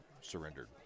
surrendered